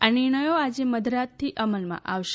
આ નિર્ણયો આજે મધરાતથી અમલમાં આવશે